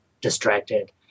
distracted